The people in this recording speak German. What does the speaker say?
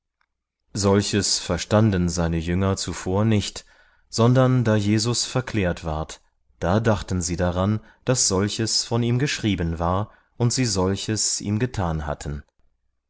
solches verstanden seine jünger zuvor nicht sondern da jesus verklärt ward da dachten sie daran daß solches von ihm geschrieben war und sie solches ihm getan hatten